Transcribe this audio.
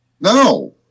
No